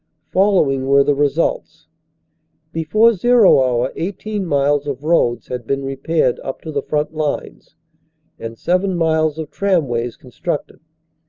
following were the results before zero hour eighteen miles of roads had been repaired up to the front lines and seven miles of tramways constructed.